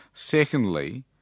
Secondly